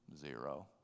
Zero